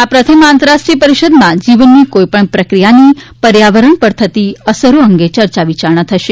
આ પ્રથમ આંતરરાષ્ટ્રીય પરિષદમાં જીવનની કોઇપણ પ્રક્રિયાની પર્યાવરણ પર થતી અસરો અંગે ચર્ચા વિયારણા થશે